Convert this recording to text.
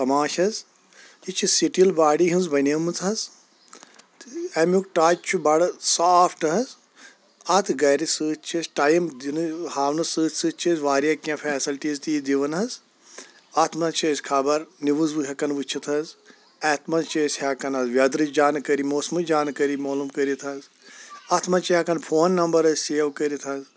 تَماش حظ یہِ چھِ سِٹیٖل باڈِی ہِنٛز بَنییٚمٕژ حظ تہٕ اَمیُک ٹَچ چھُ بَڈٕ سافٹ حظ اَتھ گَرِ سۭتۍ چھُ ٹایِم دِنہٕ ہاونہٕ سۭتۍ سۭتۍ چھِ اسۍ واریاہ کیٚنٛہہ فیٚسَلٹیٖز تہ یہِ دِوان حظ اَتھ منٛز چھِ أسۍ خَبر نِوٕز ہیٚکان وُچِھِتھ حظ اَتھ منٛز چھِ أسۍ ہیٚکان وٮ۪درٕچ جانکٲری موسمٕچ جانٛکٲری مولوٗم کٔرِتھ حظ اَتھ منٛز چھِ ہیٚکان فون نمبر أسۍ سیو کٔرِتھ حظ